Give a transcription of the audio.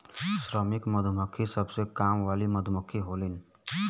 श्रमिक मधुमक्खी सबसे काम वाली मधुमक्खी होलीन